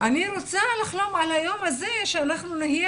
אני רוצה לחלום על היום הזה שאנחנו נהיה